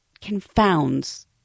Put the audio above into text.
confounds